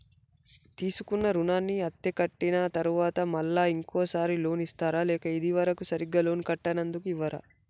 తీసుకున్న రుణాన్ని అత్తే కట్టిన తరువాత మళ్ళా ఇంకో సారి లోన్ ఇస్తారా లేక ఇది వరకు సరిగ్గా లోన్ కట్టనందుకు ఇవ్వరా?